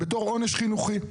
בתור עונש חינוכי,